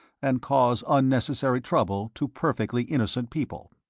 and cause unnecessary trouble to perfectly innocent people.